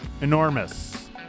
Enormous